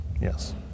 Yes